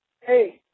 hey